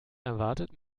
erwartet